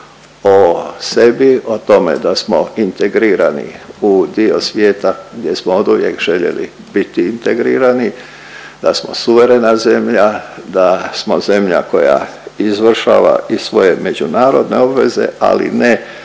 o sebi, o tome da smo integrirani u dio svijeta gdje smo oduvijek željeli biti integrirani, da smo suverena zemlja, da smo zemlja koja izvršava i svoje međunarodne obveze, ali ne